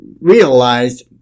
realized